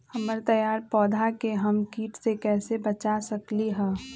हमर तैयार पौधा के हम किट से कैसे बचा सकलि ह?